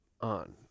on